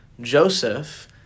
Joseph